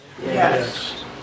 yes